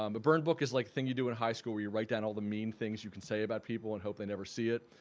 um but burn book is like a thing you do in high school where you write down all the mean things you can say about people and hope they never see it.